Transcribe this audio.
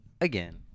Again